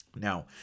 now